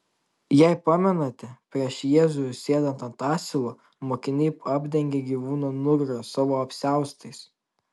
jei pamenate prieš jėzui užsėdant ant asilo mokiniai apdengia gyvūno nugarą savo apsiaustais